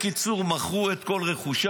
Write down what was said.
בקיצור, מכרו את כל רכושם,